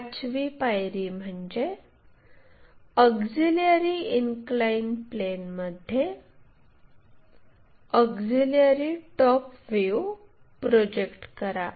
पाचवी पायरी म्हणजे ऑक्झिलिअरी इनक्लाइन प्लेनमध्ये ऑक्झिलिअरी टॉप व्ह्यू प्रोजेक्ट करा